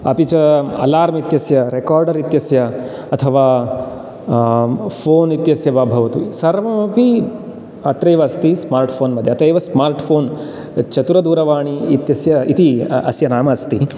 अपि च अलार्म् इत्यस्य रेकार्डर् इत्यस्य अथवा फ़ोन् इत्यस्य वा भवतु सर्वमपि अत्रैव अस्ति स्मार्ट् फ़ोन् मध्ये अत एव स्मार्ट् फ़ोन् चतुरदूरवाणी इत्यस्य इति अस्य नाम अस्ति